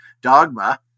dogma